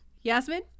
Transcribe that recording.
Yasmin